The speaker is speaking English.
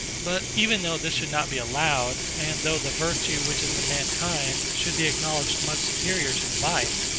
but even though this should not be allowed, and though the virtue which is in mankind should be acknowledged much superior to the vice,